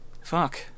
Fuck